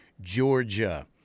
Georgia